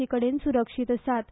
सी कडेन स्रक्षित आसात